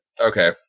okay